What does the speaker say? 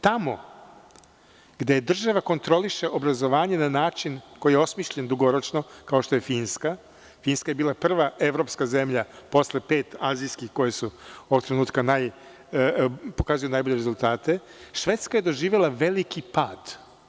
Tamo gde država kontroliše obrazovanje na način koji je osmišljen dugoročno, kao što je Finska, Finska je bila prva evropska zemlja posle pet azijskih koje ovog trenutka pokazuju najbolje rezultate, Švedska je doživela veliki pad.